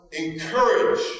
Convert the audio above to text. encourage